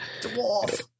dwarf